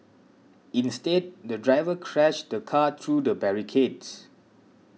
instead the driver crashed the car through the barricades